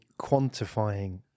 quantifying